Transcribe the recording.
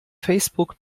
facebook